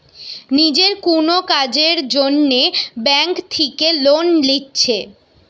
নিজের কুনো কাজের জন্যে ব্যাংক থিকে লোন লিচ্ছে